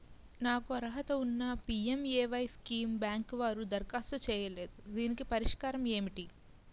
నాకు అర్హత ఉన్నా పి.ఎం.ఎ.వై స్కీమ్ బ్యాంకు వారు దరఖాస్తు చేయలేదు దీనికి పరిష్కారం ఏమిటి?